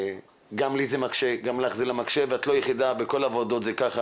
הקיים, איך זה עובד.